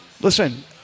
Listen